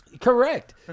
Correct